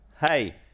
Hey